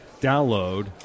download